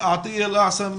עטיה אלאעסם,